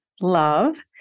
love